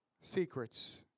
secrets